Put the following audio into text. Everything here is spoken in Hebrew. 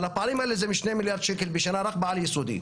אבל הפערים האלה הם מ-2 מיליארד שקל בשנה רק בעל-יסודי.